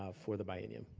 ah for the biennium.